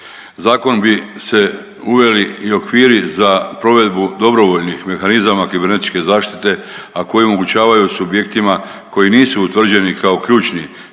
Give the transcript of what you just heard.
Zakon bi se uveli i okviri za provedbu dobrovoljnih mehanizama kibernetičke zaštite a koji omogućavaju subjektima koji nisu utvrđeni kao ključni